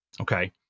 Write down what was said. okay